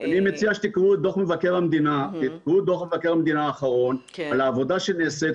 אני מציע שתקראו את דוח מבקר המדינה האחרון על העבודה שנעשית,